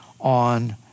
on